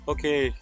Okay